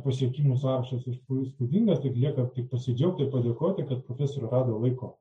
pasiekimų sąrašas įspū įspūdingas tad lieka tik pasidžiaugti ir padėkoti kad profesorė rado laiko